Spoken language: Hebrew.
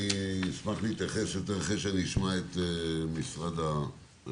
אני אשמח להתייחס יותר אחרי שאני אשמע את משרד הרווחה,